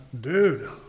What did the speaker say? Dude